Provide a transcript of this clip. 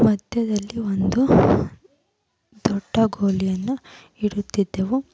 ಮಧ್ಯದಲ್ಲಿ ಒಂದು ದೊಡ್ಡ ಗೋಲಿಯನ್ನು ಇಡುತ್ತಿದ್ದೆವು